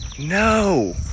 No